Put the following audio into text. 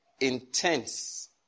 Intense